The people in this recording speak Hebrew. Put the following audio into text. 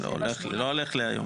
לא הולך לי היום.